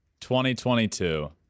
2022